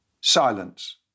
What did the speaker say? Silence